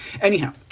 Anyhow